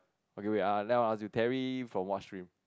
okay wait ah then I want ask you Terry from what stream